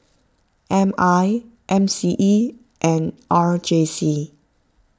M I M C E and R J C